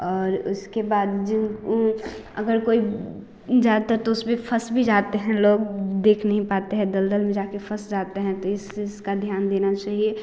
और उसके बाद अगर कोई जाता तो उसमें फंस भी जाते हैं लोग देख नहीं पाते हैं दलदल में जाकर फंस जाते हैं तो इस चीज का ध्यान देना चाहिए